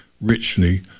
richly